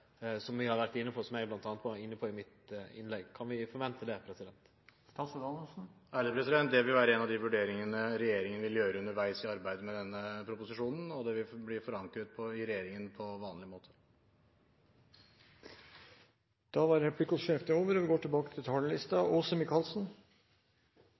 inne på, og som eg bl.a. var inne på i mitt innlegg. Kan vi forvente det? Det vil være en av de vurderingene regjeringen vil gjøre underveis i arbeidet med denne proposisjonen, og det vil bli forankret i regjeringen på vanlig måte. Replikkordskiftet er omme. Endelig har vi tatt de første skrittene på veien for å løfte ofrene. Det er ikke lenge til